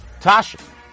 Tasha